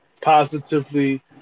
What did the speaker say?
positively